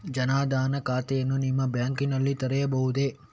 ಜನ ದನ್ ಖಾತೆಯನ್ನು ನಿಮ್ಮ ಬ್ಯಾಂಕ್ ನಲ್ಲಿ ತೆರೆಯಬಹುದೇ?